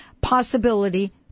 possibility